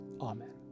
Amen